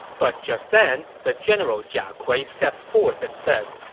but just then, the general jia kui stepped forth and said,